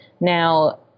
Now